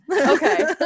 okay